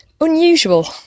unusual